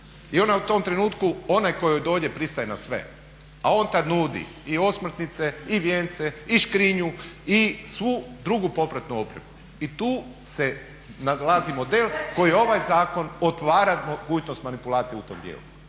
i ona je u tom trenutku onaj tko joj dođe pristaje na sve, a on tad nudi i osmrtnice, i vijence, i škrinju, i svu drugu popratnu opremu. I tu se nadilazi model koji ovaj zakon otvara mogućnost manipulacije u tom djelu.